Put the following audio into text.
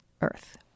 Earth